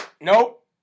nope